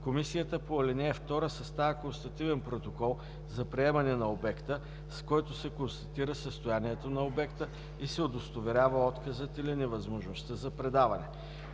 Комисията по ал. 2 съставя констативен протокол за приемане на обекта, с който се констатира състоянието на обекта и се удостоверява отказът или невъзможността за предаване.